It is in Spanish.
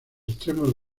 extremos